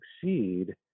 succeed